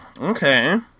Okay